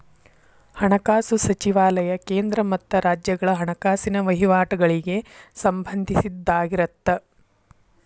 ಹಣಕಾಸು ಸಚಿವಾಲಯ ಕೇಂದ್ರ ಮತ್ತ ರಾಜ್ಯಗಳ ಹಣಕಾಸಿನ ವಹಿವಾಟಗಳಿಗೆ ಸಂಬಂಧಿಸಿದ್ದಾಗಿರತ್ತ